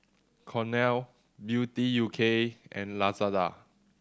Cornell Beauty U K and Lazada